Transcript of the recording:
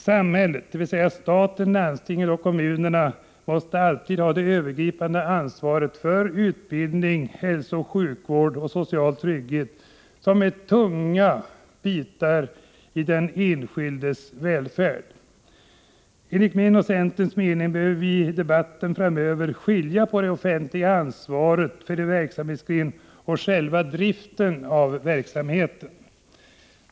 Samhället — dvs. staten, landstingen och kommunerna — måste alltid ha det övergripande ansvaret för utbildning, hälsooch sjukvård och social trygghet, som är ”tunga bitar” i den enskildes välfärd. Enligt min och centerns mening behöver vi i debatten framöver skilja på det offentliga ansvaret för en verksamhetsgren och själva driften av verksamheten.